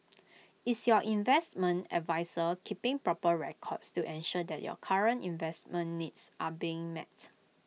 is your investment adviser keeping proper records to ensure that your current investment needs are being mets